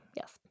Yes